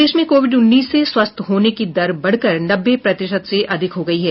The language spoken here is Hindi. प्रदेश में कोविड उन्नीस से स्वस्थ होने की दर बढ़कर नब्बे प्रतिशत से अधिक हो गयी है